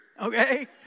Okay